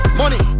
money